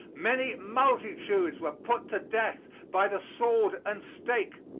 many multitudes were put to death by the sword and stake,